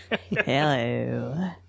hello